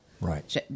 Right